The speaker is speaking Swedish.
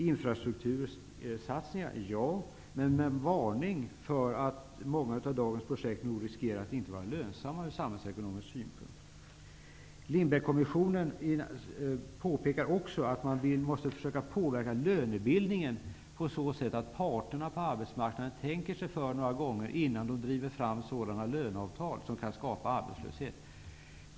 Infrastruktursatsningar talas det om, men med en varning för att många av dagens projekt riskerar att inte vara lönsamma ur samhällsekonomisk synpunkt. Lindbeckkommisionen påpekar också att man måste försöka påverka lönebildningen på så sätt att parterna på arbetsmarknaden tänker sig för några gånger innan de driver fram löneavtal som kan skapa arbetslöshet.